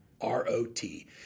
R-O-T